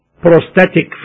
prosthetic